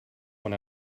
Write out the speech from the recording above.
when